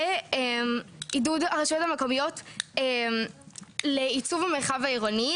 ועידוד הרשויות המקומיות לעיצוב המרחב העירוני,